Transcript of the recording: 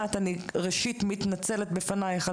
אני חושבת שבניגוד